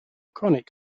chronic